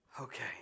Okay